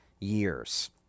years